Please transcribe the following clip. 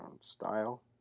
style